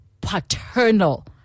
paternal